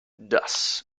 das